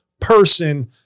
person